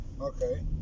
Okay